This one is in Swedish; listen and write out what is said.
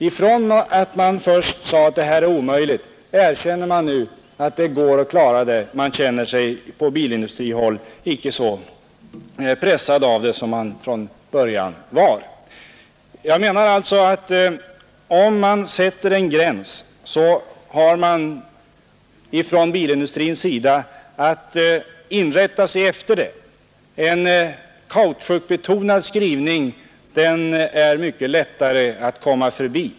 Sedan bilindustrin först hade sagt att detta är omöjligt, erkänner man nu något år senare att det går att klara fordringarna. Jag anser alltså att om det sätts en bestämd tidsgräns så har bilindustrin att rätta sig därefter. En kautschukbetonad skrivning är mycket lättare att komma förbi.